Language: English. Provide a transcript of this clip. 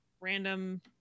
random